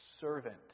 servant